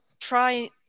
try